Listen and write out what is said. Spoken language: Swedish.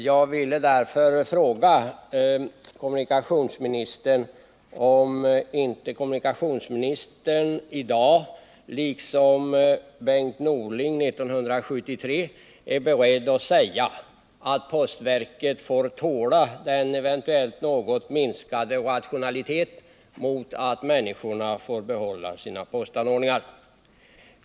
Jag vill här fråga kommunikationsministern om kommunikationsministern i dag är beredd att göra samma uttalande som Bengt Norling gjorde 1973, att postverket får tåla en något minskad rationalitet mot att människorna i stället får behålla sin postservice.